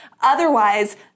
otherwise